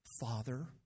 father